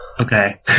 Okay